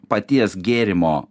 paties gėrimo